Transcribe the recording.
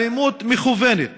אלימות מכוונת